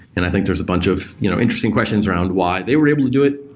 and i think there's a bunch of you know interesting questions around why they were able to do it.